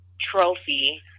trophy